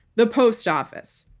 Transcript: the post office.